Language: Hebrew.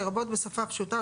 לרבות בשפה פשוטה,